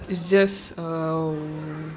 it's just a